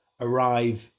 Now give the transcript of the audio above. arrive